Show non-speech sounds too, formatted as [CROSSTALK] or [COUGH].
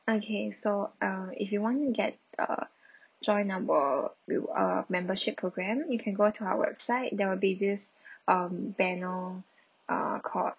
okay so uh if you want get uh join our rewa~ uh membership programme you can go to our website there will be this [BREATH] um banner uh called